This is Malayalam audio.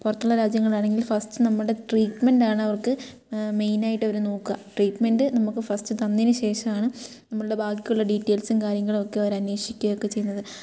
പുറത്തുള്ള രാജ്യങ്ങളാണെങ്കിൽ ഫസ്റ്റ് നമ്മുടെ ട്രീറ്റ്മെൻറ്റാണ് അവർക്ക് മെയിനായിട്ടവർ നോക്കുക ട്രീറ്റ്മെൻറ്റ് നമുക്ക് ഫസ്റ്റ് തന്നതിന് ശേഷമാണ് നമ്മളുടെ ബാക്കിയുള്ള ഡീറ്റിയെൽസും കാര്യങ്ങളൊക്കെ അവരന്വേശിക്കുക ഒക്കെ ചെയ്യുന്നത്